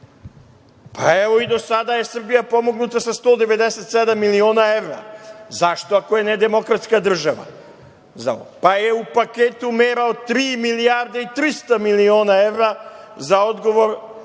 pa i do sada je Srbija pomognuta sa 197 miliona evra. Zašto ako je nedemokratska država? U paketu je mera od tri milijarde i 300 miliona evra za odgovor